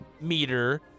meter